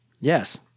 Yes